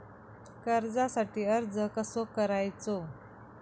कर्जासाठी अर्ज कसो करायचो?